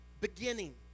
beginning